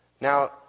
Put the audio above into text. Now